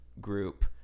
group